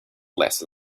less